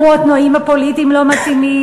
אמרו: התנאים הפוליטיים לא מתאימים,